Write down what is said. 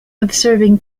observing